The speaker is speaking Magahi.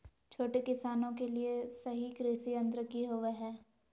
छोटे किसानों के लिए सही कृषि यंत्र कि होवय हैय?